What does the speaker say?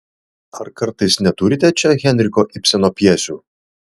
ar kartais neturite čia henriko ibseno pjesių